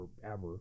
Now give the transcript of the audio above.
forever